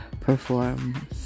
perform